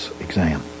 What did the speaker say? exam